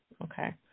Okay